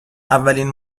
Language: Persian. اولین